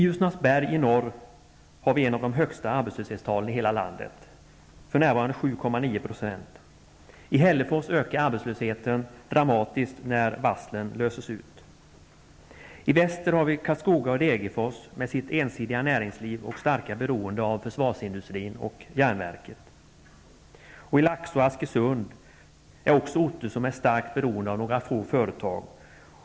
Ljusnarsberg i norr har en av de högsta arbetslöshetstalen i hela landet, för närvarande I väster har vi Karlskoga och Degerfors med sitt ensidiga näringsliv och starka beroende av försvarsindustrin och järnverket. Laxå och Askersund är också orter som är starkt beroende av några få företag.